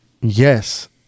yes